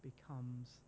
becomes